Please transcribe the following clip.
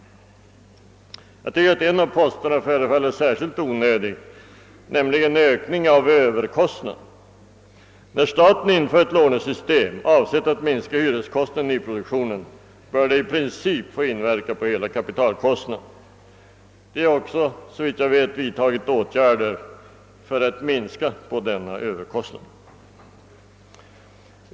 Jag tycker att en av posterna förefaller särskilt onödig, nämligen ökningen av överkostnaden. När staten inför ett lånesystem, avsett att minska hyreskostnaden i nyproduktionen, bör det i princip få inverka på hela kapitalkostnaden. Såvitt jag vet har också vidtagits åtgärder för att minska denna överkostnad.